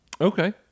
Okay